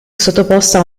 sottoposta